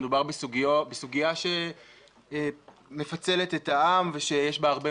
מדובר בסוגיה שמפצלת את העם ושיש בה הרבה